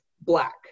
black